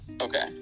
Okay